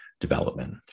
development